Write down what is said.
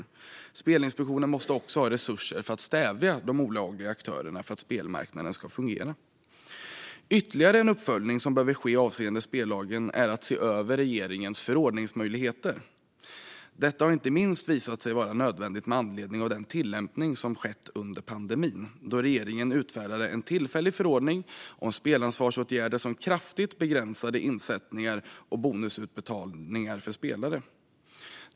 För att spelmarknaden ska fungera måste Spelinspektionen också ha resurser att stävja de olagliga aktörerna. Ytterligare en uppföljning som behöver ske avseende spellagen är att se över regeringens förordningsmöjligheter. Detta har inte minst visat sig vara nödvändigt med anledning av den tillämpning som skett under pandemin, då regeringen utfärdade en tillfällig förordning om spelansvarsåtgärder som kraftigt begränsade insättningar och bonusutbetalningar för spelare.